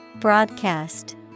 Broadcast